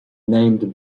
named